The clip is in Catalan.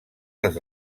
les